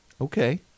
Okay